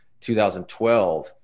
2012